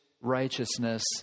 righteousness